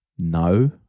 no